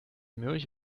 mürrisch